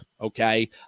Okay